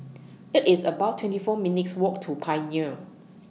IT IS about twenty four minutes' Walk to Pioneer